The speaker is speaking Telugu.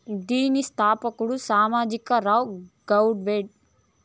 దీని స్థాపకుడు సాయాజీ రావ్ గైక్వాడ్